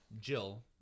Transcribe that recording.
Jill